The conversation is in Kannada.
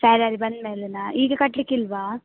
ಸ್ಯಾಲರಿ ಬಂದಮೇಲೆನಾ ಈಗ ಕಟ್ಟಲಿಕ್ಕಿಲ್ವಾ